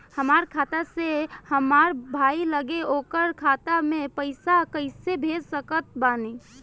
हमार खाता से हमार भाई लगे ओकर खाता मे पईसा कईसे भेज सकत बानी?